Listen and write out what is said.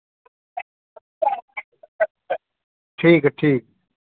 ठीक है ठीक